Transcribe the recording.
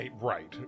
right